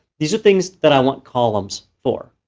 these are things that i want columns for,